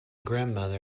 grandmother